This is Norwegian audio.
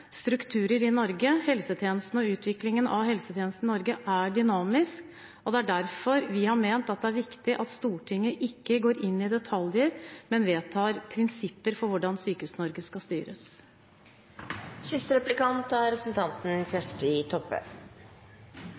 dynamisk, og det er derfor vi har ment det er viktig at Stortinget ikke går inn i detaljer, men vedtar prinsipper for hvordan Sykehus-Norge skal styres. Regjeringspartia, Venstre og Arbeidarpartiet er